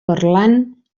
parlant